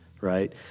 right